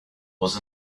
was